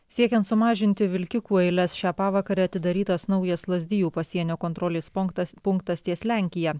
siekiant sumažinti vilkikų eiles šią pavakarę atidarytas naujas lazdijų pasienio kontrolės punktas punktas ties lenkija